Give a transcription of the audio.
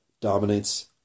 dominates